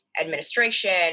administration